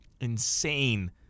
insane